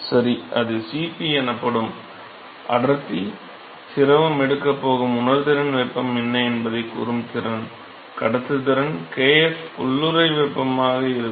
சரி அது Cp எனப்படும் அடர்த்தி திரவம் எடுக்கப் போகும் உணர்திறன் வெப்பம் என்ன என்பதைக் கூறும் திறன் கடத்துத்திறன் kf உள்ளூறை வெப்பமாக இருக்கும்